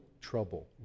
trouble